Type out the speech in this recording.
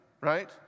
right